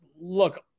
look